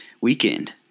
weekend